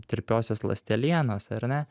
tirpiosios ląstelienos ar ne